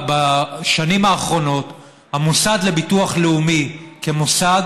בשנים האחרונות המוסד לביטוח לאומי כמוסד